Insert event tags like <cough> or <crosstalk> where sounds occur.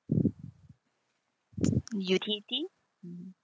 <noise> U_T_T mm